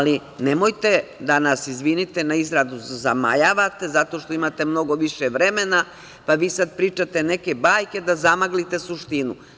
Nemojte da nas, izvinite na izrazu zamajavate, zato što imate mnogo više vremena, pa vi sada pričate neke bajke da zamaglite suštinu.